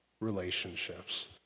relationships